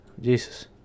Jesus